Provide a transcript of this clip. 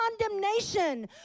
condemnation